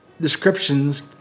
descriptions